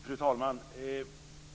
Fru talman!